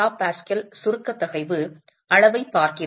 3 MPa சுருக்க தகைவு அளவைப் பார்க்கிறது